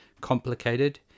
complicated